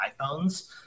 iPhones